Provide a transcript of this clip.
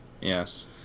Yes